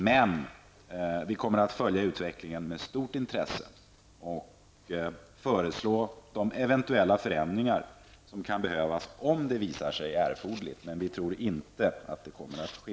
Men vi kommer att följa utvecklingen med stort intresse och föreslå de eventuella förändringar som kan behövas om det visar sig erforderligt. Vi tror emellertid inte att så kommer att ske.